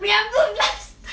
ya put plaster